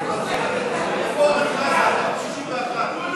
61. יש פה מישהו חסר, איפה